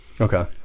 Okay